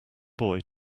boy